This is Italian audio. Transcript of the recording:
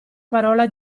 parola